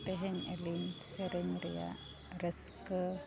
ᱛᱮᱦᱮᱧ ᱟᱹᱞᱤᱧ ᱥᱮᱨᱮᱧ ᱨᱮᱭᱟᱜ ᱨᱟᱹᱥᱠᱟᱹ